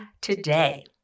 today